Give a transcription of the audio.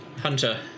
Hunter